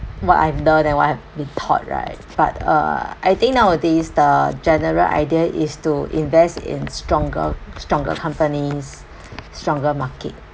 what I've learnt and what I have been thought right but uh I think nowadays the general idea is to invest in stronger stronger companies stronger market